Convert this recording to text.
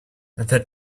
the